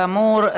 כאמור,